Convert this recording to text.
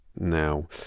now